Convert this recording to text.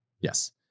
Yes